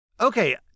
Okay